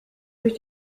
durch